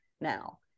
now